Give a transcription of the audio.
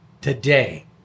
today